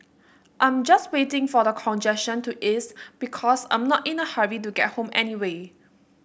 I'm just waiting for the congestion to ease because I'm not in a hurry to get home anyway